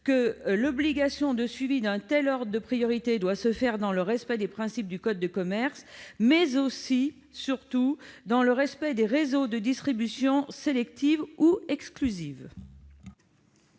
que l'obligation de suivi d'un tel ordre de priorité doit se faire dans le respect des principes du code de commerce, mais aussi et surtout dans celui des réseaux de distribution sélective ou exclusive.